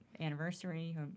anniversary